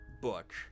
book